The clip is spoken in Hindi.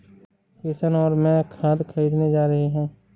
किशन और मैं खाद खरीदने जा रहे हैं